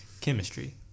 Chemistry